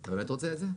אתה באמת רוצה את זה?